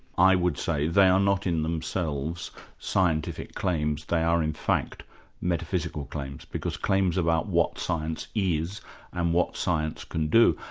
i would say they are not in themselves scientific claims, they are in fact metaphysical claims, because claims about what science is and what science can do,